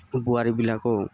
বোৱাৰীবিলাকেও